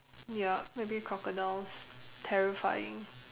ya maybe crocodiles terrifying